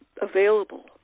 available